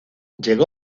llegó